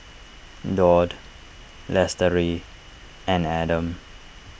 Daud Lestari and Adam